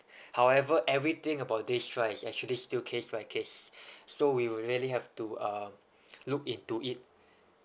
however everything about this right it's actually still case by case so we really have to uh look into it